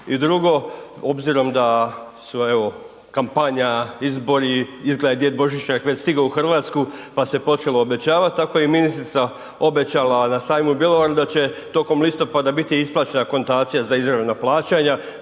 i drugo, obzirom da su evo, kampanja, izbori, izgleda da je Djed Božićnjak već stigao u RH, pa se počelo obećavat, tako je i ministrica obećala na sajmu u Bjelovaru da će tokom listopada biti isplaćena akontacija za izvanredna plaćanja,